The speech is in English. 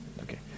okay